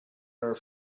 are